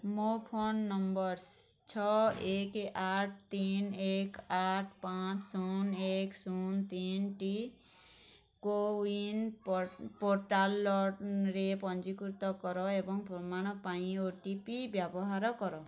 ମୋ ଫୋନ୍ ନମ୍ବରସ୍ ଛଅ ଏକ ଆଟ ତିନି ଏକ ଆଟ ପାଞ୍ଚ ଶୂନ ଏକ ଶୂନ ତିନଟି କୋୱିନ୍ ପ ପୋର୍ଟାଲରେ ପଞ୍ଜୀକୃତ କର ଏବଂ ପ୍ରମାଣ ପାଇଁ ଓ ଟି ପି ବ୍ୟବହାର କର